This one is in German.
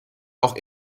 auch